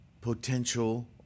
potential